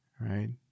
right